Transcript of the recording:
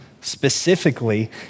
specifically